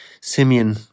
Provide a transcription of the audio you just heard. Simeon